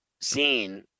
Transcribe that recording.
seen